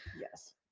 Yes